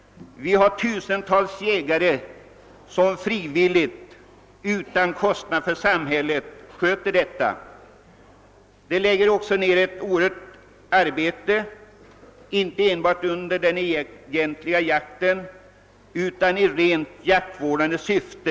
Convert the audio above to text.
Vi har tusentals jägare som frivilligt och utan kostnad för samhället sköter den saken. De lägger ned ett oerhört arbete inte bara under den egentliga jakten utan också i rent jaktvårdande syfte.